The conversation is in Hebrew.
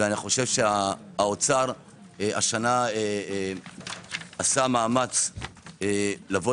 ואני חושב שהאוצר השנה עשה מאמץ לבוא